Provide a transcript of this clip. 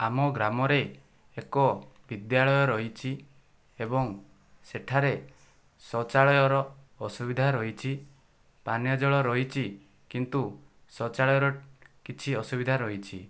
ଆମ ଗ୍ରାମରେ ଏକ ବିଦ୍ୟାଳୟ ରହିଛି ଏବଂ ସେଠାରେ ଶୌଚାଳୟର ଅସୁବିଧା ରହିଛି ପାନୀୟ ଜଳ ରହିଛି କିନ୍ତୁ ଶୌଚାଳୟର କିଛି ଅସୁବିଧା ରହିଛି